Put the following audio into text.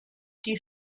die